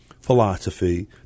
philosophy